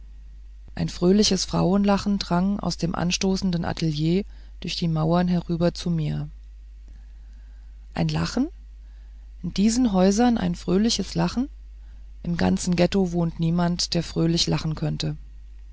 ein fröhliches frauenlachen drang aus dem anstoßenden atelier durch die mauern herüber zu mir ein lachen in diesen häusern ein fröhliches lachen im ganzen ghetto wohnt niemand der fröhlich lachen könnte